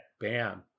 Bam